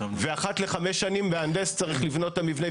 ואחת לחמש שנים מהנדס צריך לבדוק את המבנה.